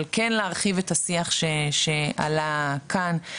אבל כן להרחיב את השיח שעלה כאן,